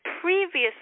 previously